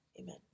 Amen